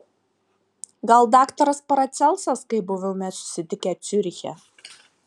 gal daktaras paracelsas kai buvome susitikę ciuriche